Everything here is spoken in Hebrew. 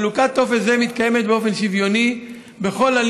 חלוקת טופס זה מתקיימת באופן שוויוני בכל מקום ובכל